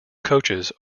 coaches